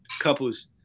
couples